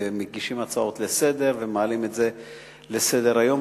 מגישים הצעות ומעלים את זה לסדר-היום,